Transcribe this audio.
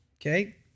okay